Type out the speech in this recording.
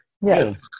yes